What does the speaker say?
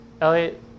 Elliot